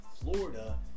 florida